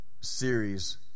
series